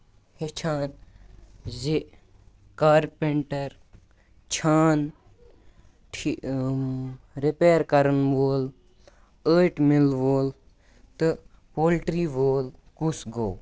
ہٮ۪چھان زِ کارپینٹر چھان رِپیر کرن وول ٲٹۍ مِل وول تہٕ پولٹری وول کُس گوٚو